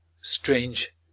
strange